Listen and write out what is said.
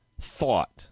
thought